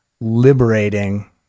liberating